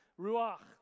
ruach